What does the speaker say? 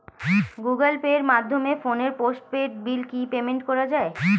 Google pay মাধ্যমে ফোনের postpaid bill কি পেমেন্ট করা যায়?